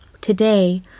Today